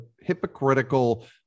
hypocritical